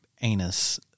anus